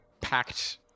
packed